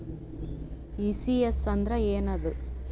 ECS ಅಂದ್ರ ಏನದ?